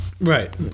Right